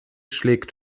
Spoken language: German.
schlägt